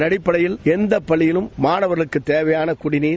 அதன் அடிப்படையில் எந்த பள்ளியிலும் மாணவர்களுக்கு தேவையான குடிநீர்